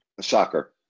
Soccer